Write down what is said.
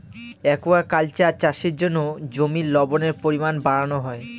aquaculture চাষের জন্য জমির লবণের পরিমান বাড়ানো হয়